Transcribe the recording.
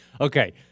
okay